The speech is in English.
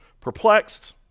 perplexed